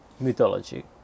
mythology